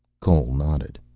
cole nodded.